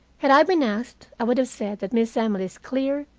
had i been asked, i would have said that miss emily's clear,